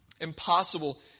Impossible